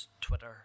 Twitter